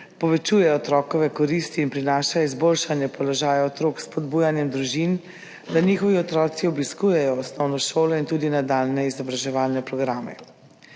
povečuje otrokove koristi in prinaša izboljšanje položaja otrok s spodbujanjem družin, da njihovi otroci obiskujejo osnovno šolo in tudi nadaljnje izobraževalne programe.